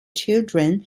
children